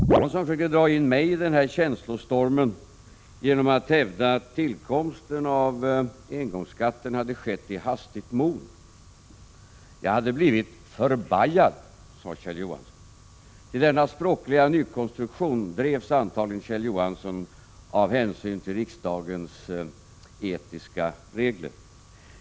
Herr talman! Skatteutskottets ordförande har på ett helt lysande sätt fört riksdagsmajoritetens talan i den här debatten. Jag kan därför inskränka mig till några synpunkter. Jag tyckte att de borgerliga företrädarna i rask takt flydde från argumenteringen i sak till olika slags emotionella utbrott. Kjell Johansson försökte dra in mig i denna känslostorm genom att hävda att tillkomsten av engångsskatten hade skett i hastigt mod. Jag hade blivit ”förbajad”, sade Kjell Johansson. Till denna språkliga nykonstruktion drevs Kjell Johansson antagligen av hänsyn till riksdagens etiska regler.